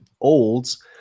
olds